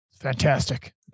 Fantastic